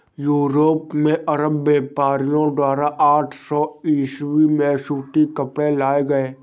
Europe में Arab व्यापारियों द्वारा आठ सौ ईसवी में सूती कपड़े लाए गए